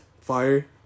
Fire